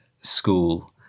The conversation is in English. school